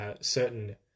certain